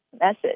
message